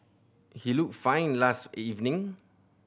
he looked fine last evening